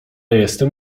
jestem